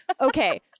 Okay